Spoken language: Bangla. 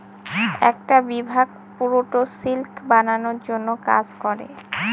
একটা বিভাগ পুরোটা সিল্ক বানানোর জন্য কাজ করে